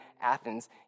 Athens